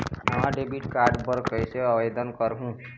नावा debit card बर कैसे आवेदन करहूं?